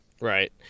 Right